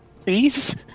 please